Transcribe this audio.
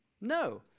No